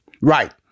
Right